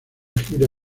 gira